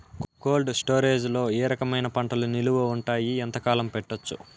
Cold storage లో ఏ రకమైన పంటలు నిలువ ఉంటాయి, ఎంతకాలం పెట్టొచ్చు?